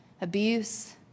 abuse